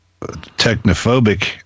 technophobic